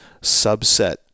subset